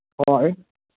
ᱦᱳᱭ